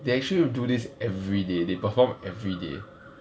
they actually do this everyday they perform everyday